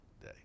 day